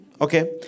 Okay